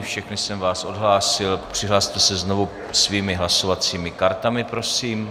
Všechny jsem vás odhlásil, přihlaste se znovu svými hlasovacími kartami, prosím.